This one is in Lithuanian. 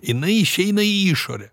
jinai išeina į išorę